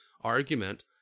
argument